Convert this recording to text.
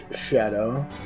shadow